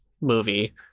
movie